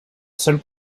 seule